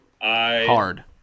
Hard